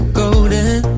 golden